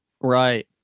right